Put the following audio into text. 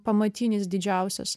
pamatinis didžiausias